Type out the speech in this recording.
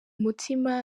mutima